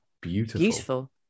Beautiful